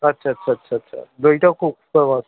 আচ্ছা আচ্ছা আচ্ছা আচ্ছা আচ্ছা দইটাও খুব ফেমাস